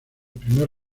primer